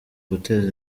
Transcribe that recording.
guteza